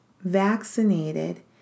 vaccinated